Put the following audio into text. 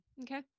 Okay